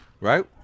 right